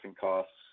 costs